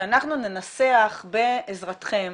שאנחנו ננסח בעזרתכם